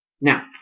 Now